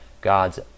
God's